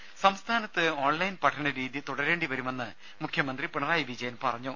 രേര സംസ്ഥാനത്ത് ഓൺലൈൻ പഠനരീതി തുടരേണ്ടി വരുമെന്ന് മുഖ്യമന്ത്രി പിണറായി വിജയൻ പറഞ്ഞു